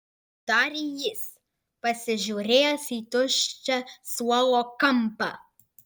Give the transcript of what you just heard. tarė jis pasižiūrėjęs į tuščią suolo kampą